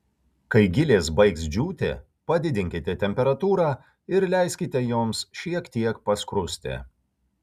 kai gilės baigs džiūti padidinkite temperatūrą ir leiskite joms šiek tiek paskrusti